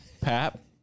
Pap